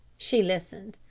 she listened.